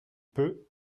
peu